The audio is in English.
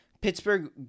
Pittsburgh